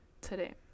Today